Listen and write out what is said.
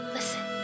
Listen